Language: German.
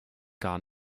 gar